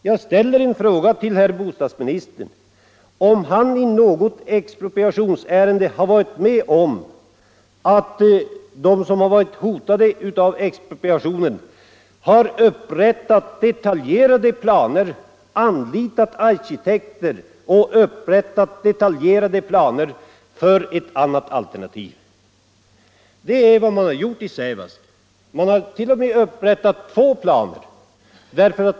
Har bostadsministern i något expropriationsärende varit med om att de som varit hotade av expropriationen har anlitat arkitekter och upprättat detaljerade planer för ett alternativ? Det är vad man har gjort i Sävast. Man har t.o.m. upprättat två planer.